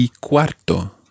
cuarto